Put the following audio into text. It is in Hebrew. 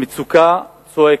המצוקה צועקת,